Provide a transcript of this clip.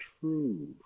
true